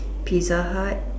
pizza hut